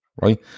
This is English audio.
right